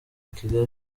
kigali